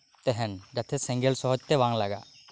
ᱛᱟᱦᱮᱱ ᱡᱟᱛᱮ ᱥᱮᱸᱜᱮᱞ ᱥᱚᱦᱚᱡᱛᱮ ᱵᱟᱝ ᱞᱟᱜᱟᱜ